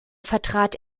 vertrat